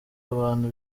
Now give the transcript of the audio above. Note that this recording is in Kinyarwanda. abantu